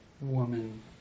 woman